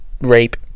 rape